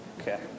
Okay